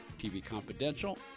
tvconfidential